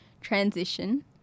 transition